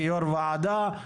כיו"ר ועדה,